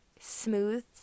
smooth